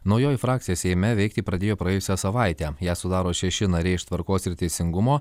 naujoji frakcija seime veikti pradėjo praėjusią savaitę ją sudaro šeši nariai iš tvarkos ir teisingumo